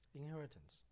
inheritance